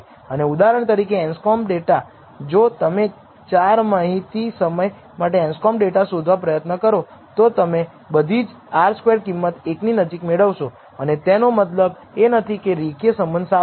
અને ઉદાહરણ તરીકે એન્સકોંબ ડેટા જો તમે 4 માહિતી સમય માટે એન્સકોંબ ડેટા શોધવા પ્રયત્ન કરો તો તમે બધી R સ્ક્વેરડ કિંમત 1 ની નજીક મેળવશો અને તેનો મતલબ એ નથી કે રેખીય સંબંધ સારો છે